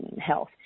health